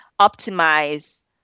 optimize